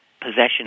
possession